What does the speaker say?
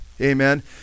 Amen